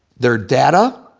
their data,